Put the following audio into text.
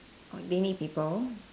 oh they need people